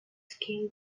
scaled